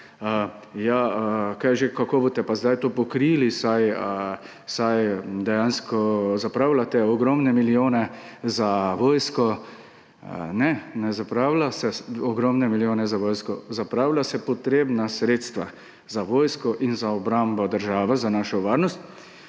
mah, kako boste pa zdaj to pokrili, saj dejansko zapravljate ogromne milijone za vojsko. Ne, ne zapravlja se ogromnih milijonov za vojsko, zapravlja se potrebna sredstva za vojsko in za obrambo države, za našo varnost.